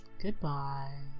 Goodbye